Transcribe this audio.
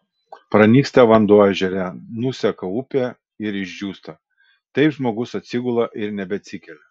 pranyksta vanduo ežere nuseka upė ir išdžiūsta taip žmogus atsigula ir nebeatsikelia